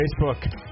Facebook